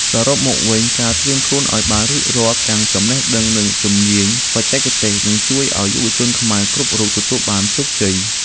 សរុបមកវិញ ការត្រៀមខ្លួនឱ្យបានរួចរាល់ទាំងចំណេះដឹង និងជំនាញបច្ចេកទេសនឹងជួយឱ្យយុវជនខ្មែរគ្រប់រូបទទួលបានជោគជ័យ។